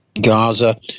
Gaza